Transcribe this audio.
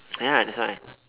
ya that's why